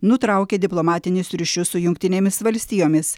nutraukė diplomatinius ryšius su jungtinėmis valstijomis